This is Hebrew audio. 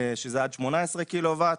שזה עד 18 קילו-וואט.